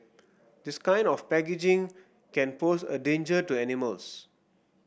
this kind of packaging can pose a danger to animals